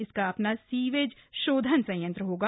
इसका अपना सीवेज सोधन संयंत्र होगा